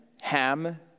Ham